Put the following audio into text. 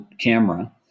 camera